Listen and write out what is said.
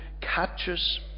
catches